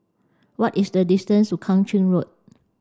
what is the distance to Kang Ching Road